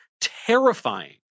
terrifying